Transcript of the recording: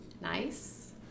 nice